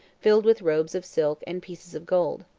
filled with robes of silk and pieces of gold.